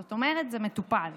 זאת אומרת שזה מטופל.